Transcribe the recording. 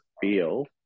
feel